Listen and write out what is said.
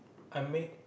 I make